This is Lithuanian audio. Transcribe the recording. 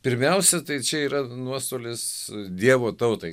pirmiausia tai čia yra nuostolis dievo tautai